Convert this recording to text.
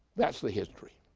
that's the history.